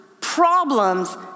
problems